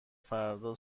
فردا